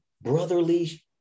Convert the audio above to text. brotherly